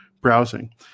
browsing